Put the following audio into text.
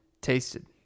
tasted